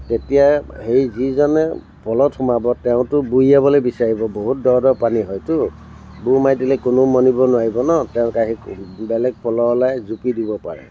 তেতিয়াই সেই যিজনে প'ল'ত সোমাব তেওঁতো বুৰিয়াবলৈ বিচাৰিব বহুত দ' দ' পানী হয়তো বুৰ মাৰি দিলে কোনো মনিব নোৱাৰিব ন তেওঁক আহি বেলেগ প'ল'আলাই জোপি দিব পাৰে